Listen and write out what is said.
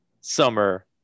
summer